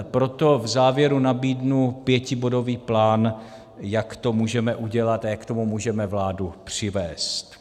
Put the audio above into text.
Proto v závěru nabídnu pětibodový plán, jak to můžeme udělat a jak k tomu můžeme vládu přivést.